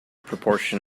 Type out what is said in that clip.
proportion